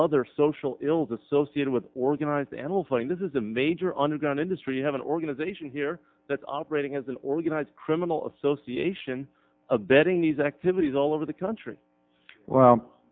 other social ills associated with organized animal fighting this is a major underground industry you have an organization here that's operating as an organized criminal association abetting these activities all over the country